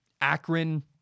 Akron